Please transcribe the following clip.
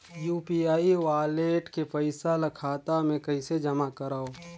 UPI wallet के पईसा ल खाता मे कइसे जमा करव?